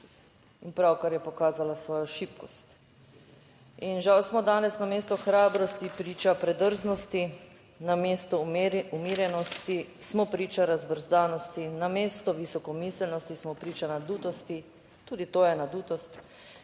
in pravkar je pokazala svojo šibkost. In žal smo danes namesto hrabrosti priča predrznosti, namesto umirjenosti, smo priča razbrzdanosti, namesto visokomiselnosti smo priča nadutosti, tudi to je nadutost.